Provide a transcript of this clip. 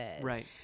Right